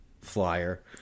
flyer